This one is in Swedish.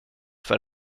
för